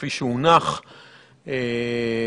כפי שהונח לפנינו,